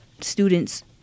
students